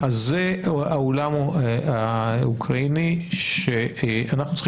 אז זה העולם האוקראיני שאנחנו צריכים